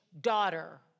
daughter